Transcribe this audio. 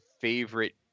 favorite